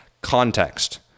context